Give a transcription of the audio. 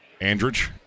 Andrich